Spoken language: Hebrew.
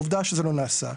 עובדה שזה לא נעשה.